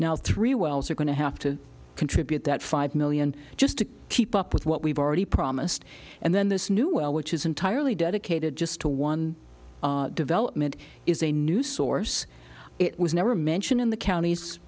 now three wells are going to have to contribute that five million just to keep up with what we've already promised and then this new well which is entirely dedicated just to one development is a new source it was never mentioned in the count